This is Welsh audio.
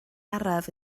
araf